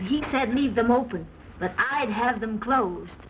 he said leave them open but i'd have them closed